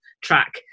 track